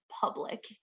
public